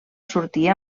sortir